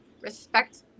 respect